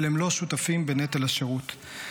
אבל הם לא שותפים בנטל השירות.